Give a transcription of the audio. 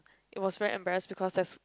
it was very embarrass because that's